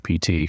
PT